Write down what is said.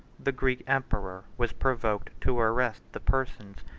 the greek emperor was provoked to arrest the persons,